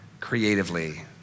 creatively